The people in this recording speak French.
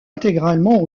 intégralement